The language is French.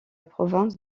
province